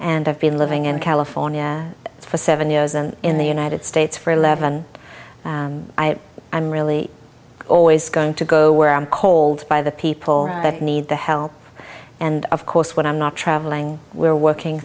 and have been living in california for seven years and in the united states for eleven i am really always going to go where i'm cold by the people that need the help and of course when i'm not traveling we're working